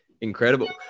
incredible